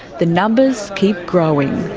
the numbers keep growing.